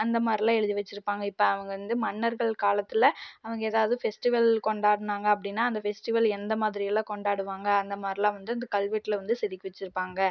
அந்த மாதிரிலாம் எழுதி வச்சுருப்பாங்க இப்போ அவங்க வந்து மன்னர்கள் காலத்தில் அவங்க ஏதாவது ஃபெஸ்டிவல் கொண்டாடினாங்க அப்படின்னா அந்த ஃபெஸ்டிவல் எந்த மாதிரி எல்லாம் கொண்டாடுவாங்க அந்த மாதிரிலாம் வந்து இந்த கல்வெட்டில் வந்து செதுக்கி வச்சுருப்பாங்க